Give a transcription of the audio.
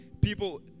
people